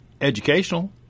educational